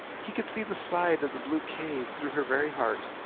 he could see the side of the blue cave through her very heart.